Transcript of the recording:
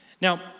Now